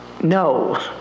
No